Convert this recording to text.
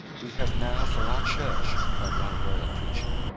we have now for our church, cried one loyal preacher,